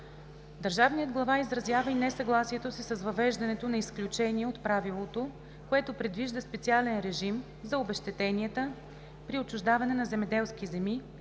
Държавният глава изразява и несъгласието си с въвеждането на изключение от правилото, което предвижда специален режим за обезщетенията при отчуждаване на земеделски земи